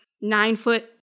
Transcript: nine-foot